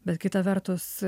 bet kita vertus